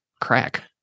crack